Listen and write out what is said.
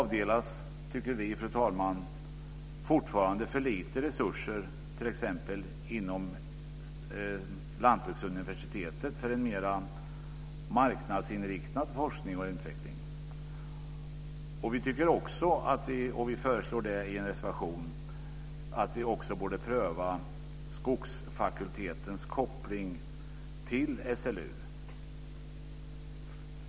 Vi tycker, fru talman, att det fortfarande avdelas för lite resurser inom t.ex. Lantbruksuniversitetet för en mer marknadsinriktad forskning och utveckling. Vi tycker också - och vi föreslår i en reservation - att vi också borde pröva skogsfakultetens koppling till SLU.